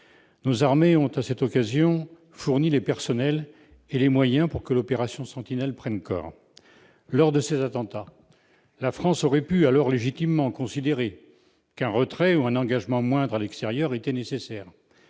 Nos armées ont fourni, à cette occasion, les personnels et les moyens nécessaires pour que l'opération Sentinelle prenne corps. Lors de ces attentats, la France aurait pu alors légitimement considérer qu'un retrait ou un engagement moindre à l'extérieur était nécessaire